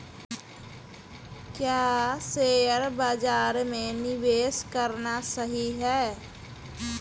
क्या शेयर बाज़ार में निवेश करना सही है?